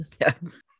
Yes